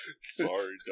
Sorry